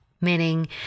meaning